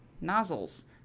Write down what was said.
nozzles